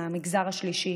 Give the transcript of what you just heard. מהמגזר השלישי,